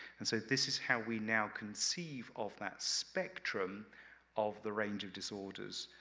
and so this is how we now conceive of that spectrum of the range of disorders